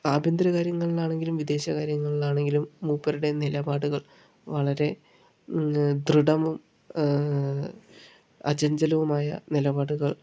ആഭ്യന്തര കാര്യങ്ങളിലാണെങ്കിലും വിദേശ കാര്യങ്ങളിലാണെങ്കിലും മൂപ്പരുടെ നിലപാടുകൾ വളരെ ദൃഢവും അചഞ്ചലവുമായ നിലപാടുകൾ